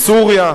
בסוריה.